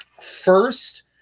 First